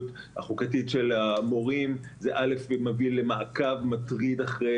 החוקתית של המורים וזה מביא למעקב מטריד אחרי